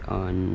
on